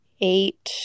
eight